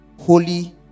holy